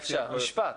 אפשר משפט.